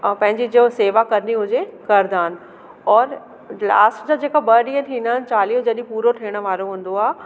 ऐं पंहिंजी जो सेवा करणी हुजे करदा आहिनि और लास्ट जा जेका ॿ ॾींहं थींदा आहिनि चालीहो जॾहिं पूरो थियण वारो हूंदो आहे